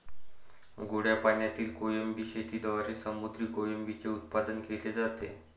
गोड्या पाण्यातील कोळंबी शेतीद्वारे समुद्री कोळंबीचे उत्पादन केले जाते